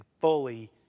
fully